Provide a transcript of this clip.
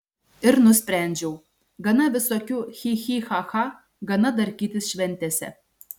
ir nusprendžiau gana visokių chi chi cha cha gana darkytis šventėse